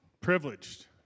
privileged